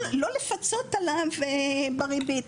לא לפצות עליו בריבית.